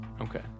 Okay